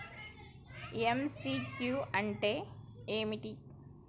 MCQ అంటే ఏమిటి?